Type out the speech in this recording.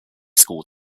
school